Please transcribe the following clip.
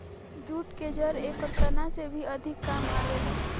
jute के जड़ एकर तना से भी अधिका काम आवेला